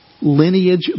lineage